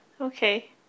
okay